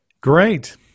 great